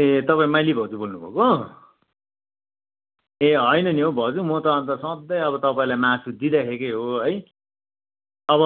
ए तपाईँ माइली भाउजू बोल्नु भएको ए होइन नि हौ भाउजु म त अन्त सधैँ अब तपाईँलाई मासु दिइराखेकै हो है अब